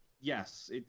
Yes